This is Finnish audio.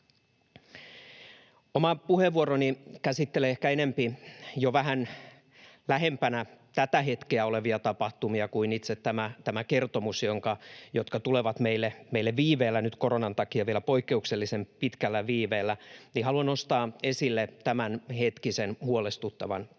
Oma puheenvuoroni käsittelee ehkä enempi jo vähän lähempänä tätä hetkeä olevia tapahtumia kuin itse tämä kertomus, joka tulee meille viiveellä — nyt koronan takia vielä poikkeuksellisen pitkällä viiveellä. Haluan nostaa esille tämänhetkisen huolestuttavan tilanteen.